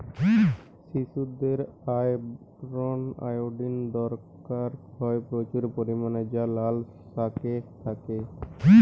শিশুদের iron, iodine দরকার হয় প্রচুর পরিমাণে যা লাল শাকে থাকে